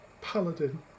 paladin